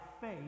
faith